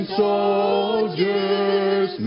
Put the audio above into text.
soldiers